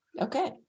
Okay